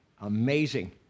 amazing